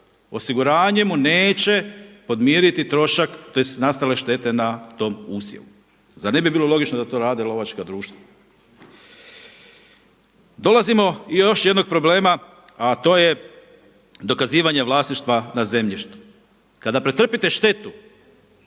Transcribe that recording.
osiguranje mu neće podmiriti trošak, tj. nastale štete na tom usjevu. Zar ne bi bilo logično da to rade lovačka društva? Dolazimo do još jednog problema, a to je dokazivanje vlasništva na zemljištu. Kada pretrpite štetu